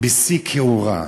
בשיא כיעורה.